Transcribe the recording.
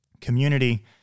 community